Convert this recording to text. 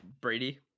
brady